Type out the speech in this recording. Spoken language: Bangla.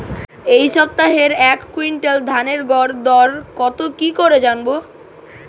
এই সপ্তাহের এক কুইন্টাল ধানের গর দর কত কি করে জানবো?